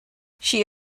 she